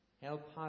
help